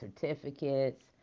certificates